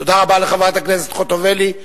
תודה רבה לחברת הכנסת חוטובלי.